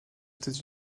états